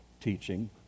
teaching